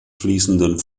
fließenden